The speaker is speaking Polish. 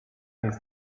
nic